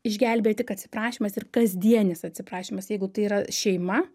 išgelbėja tik atsiprašymas ir kasdienis atsiprašymas jeigu tai yra šeima